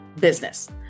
business